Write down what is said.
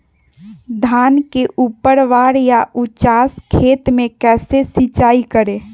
धान के ऊपरवार या उचास खेत मे कैसे सिंचाई करें?